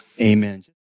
amen